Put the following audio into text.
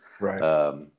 Right